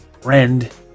Friend